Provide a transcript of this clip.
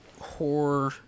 horror